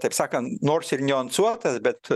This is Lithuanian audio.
taip sakan nors ir niuansuotas bet